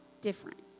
different